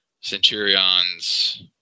Centurions